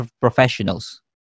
professionals